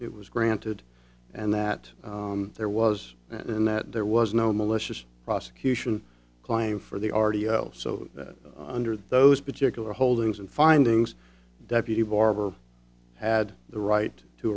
it was granted and that there was and that there was no malicious prosecution claim for the r t o so that under those particular holdings and findings deputy barber had the right to